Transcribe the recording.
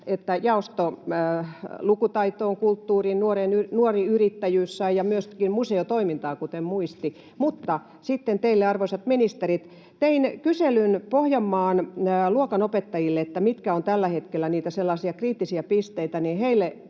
jaostossa lukutaito, kulttuuri ja Nuori Yrittäjyys saivat ja myöskin museotoiminta, kuten Muisti. Mutta sitten teille, arvoisat ministerit: Tein kyselyn Pohjanmaan luokanopettajille, että mitkä ovat tällä hetkellä niitä sellaisia kriittisiä pisteitä,